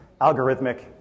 algorithmic